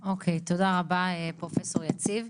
תודה רבה פרופ' יציב.